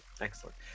excellent